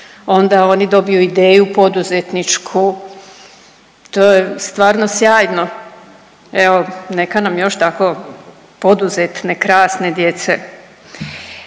onda oni dobiju ideju poduzetničku, to je stvarno sjajno, evo neka nam još tako poduzetne i krasne djece.